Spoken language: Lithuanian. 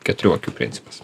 keturių akių principas